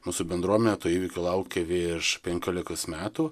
mūsų bendruomenė to įvykio laukė virš penkiolikos metų